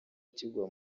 kigwa